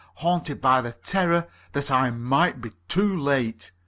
haunted by the terror that i might be too late.